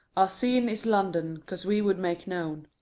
our scene is london, cause we would make known,